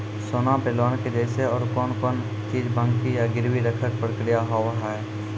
सोना पे लोन के जैसे और कौन कौन चीज बंकी या गिरवी रखे के प्रक्रिया हाव हाय?